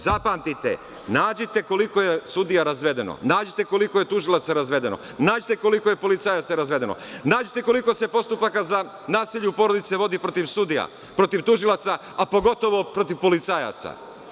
Zapamtite, nađite koliko je sudija razvedeno, nađite koliko je tužilaca razvedeno, nađite koliko je policajaca razvedeno, nađite koliko se postupaka za nasilje u porodici vodi protiv sudija, protiv tužilaca, a pogotovo protiv policajaca.